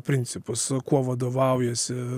principus kuo vadovaujasi